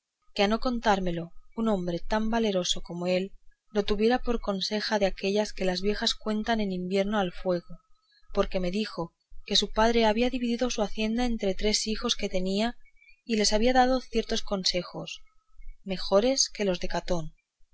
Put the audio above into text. a no contármelo un hombre tan verdadero como él lo tuviera por conseja de aquellas que las viejas cuentan el invierno al fuego porque me dijo que su padre había dividido su hacienda entre tres hijos que tenía y les había dado ciertos consejos mejores que los de catón